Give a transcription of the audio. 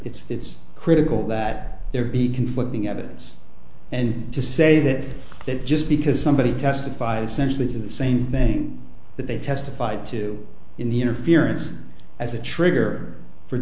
it's critical that there be conflicting evidence and to say that that just because somebody testified essentially the same thing that they testified to in the interference as a trigger for